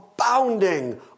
abounding